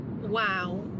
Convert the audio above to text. Wow